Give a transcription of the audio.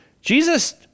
Jesus